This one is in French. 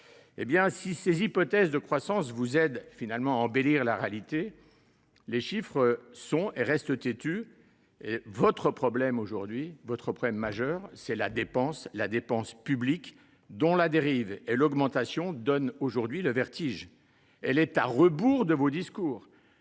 Si ces hypothèses de croissance vous aident à embellir la réalité, les chiffres sont et restent têtus. Votre problème majeur, c’est la dépense publique, dont la dérive donne aujourd’hui le vertige. À rebours de vos discours,